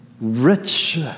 rich